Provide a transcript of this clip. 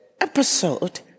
episode